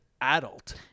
adult